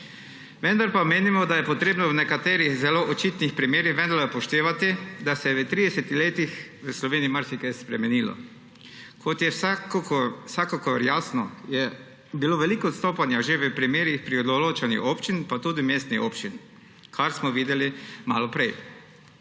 Vendar pa menimo, da je treba v nekaterih zelo očitnih primerih vendarle upoštevati, da se je v 30 letih v Sloveniji marsikaj spremenilo. Kot je vsekakor jasno, je bilo veliko odstopanja že v primerih pri določanju občin pa tudi mestnih občin, kar smo videli malo prej.